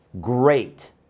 great